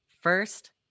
First